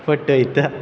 फटयता